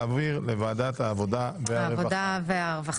להעביר לוועדת העבודה והרווחה.